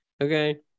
Okay